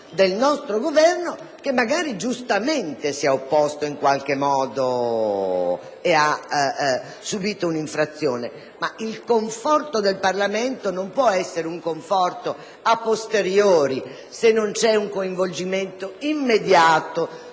del nostro Governo, che magari giustamente si è opposto in qualche modo ed ha subito un'infrazione, ma il conforto del Parlamento non può essere *a**posteriori*, ci deve essere un coinvolgimento immediato